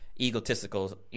egotistical